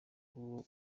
uwo